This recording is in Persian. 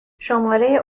شماره